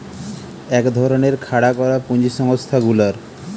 এক ধরণের খাড়া করা পুঁজি সংস্থা গুলার